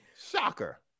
Shocker